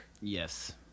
Yes